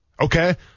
Okay